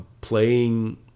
Playing